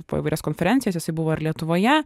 po įvairias konferencijas jisai buvo ir lietuvoje